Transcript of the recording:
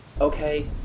Okay